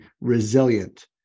resilient